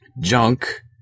junk